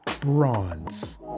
bronze